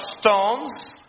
stones